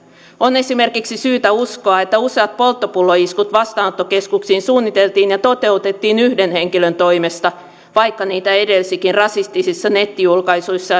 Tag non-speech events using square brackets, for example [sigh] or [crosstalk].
on esimerkiksi syytä uskoa että useat polttopulloiskut vastaanottokeskuksiin suunniteltiin ja toteutettiin yhden henkilön toimesta vaikka niitä edelsikin rasistisissa nettijulkaisuissa [unintelligible]